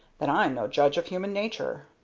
then i'm no judge of human nature.